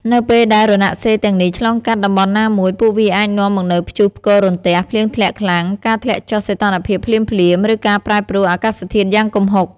នៅពេលដែលរណសិរ្សទាំងនេះឆ្លងកាត់តំបន់ណាមួយ ពួកវាអាចនាំមកនូវព្យុះផ្គររន្ទះ ភ្លៀងធ្លាក់ខ្លាំង ការធ្លាក់ចុះសីតុណ្ហភាពភ្លាមៗ ឬការប្រែប្រួលអាកាសធាតុយ៉ាងគំហុក។